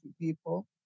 people